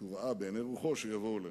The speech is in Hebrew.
שבעיני רוחו הוא ראה שיבואו עלינו.